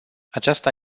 aceasta